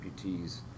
amputees